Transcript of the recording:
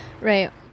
right